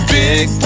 big